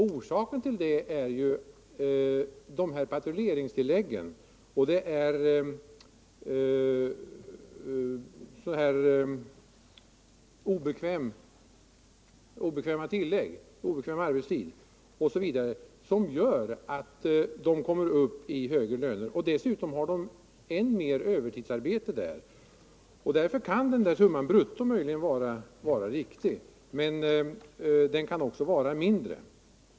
Orsaken härtill är patrulleringstilläggen och tilläggen för obekväm arbetstid osv. Tilläggen gör att ordningspoliserna kommer upp i högre löner. Dessa har också mera övertidsarbete. Därför kan summan brutto möjligen vara riktig, men den kan också vara mindre.